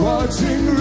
Watching